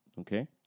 okay